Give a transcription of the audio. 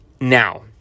Now